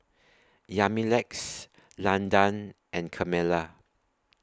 Yamilex Landan and Carmella